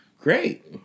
great